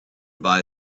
buy